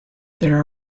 there